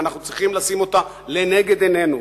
ואנחנו צריכים לשים אותה לנגד עינינו: